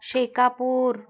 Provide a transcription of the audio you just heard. Shekapur